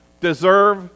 deserve